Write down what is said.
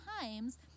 times